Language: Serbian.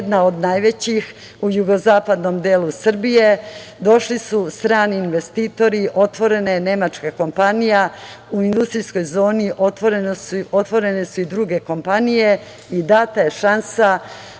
jedna od najvećih u jugozapadnom delu Srbije, došli su strani investitori, otvorena je nemačka kompanija u industrijskoj zoni, otvorene su i druge kompanije, i data je šansa